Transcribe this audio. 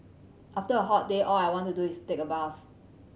after a hot day all I want to do is take a bath